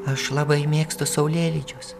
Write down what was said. aš labai mėgstu saulėlydžius